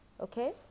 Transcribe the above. okay